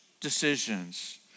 decisions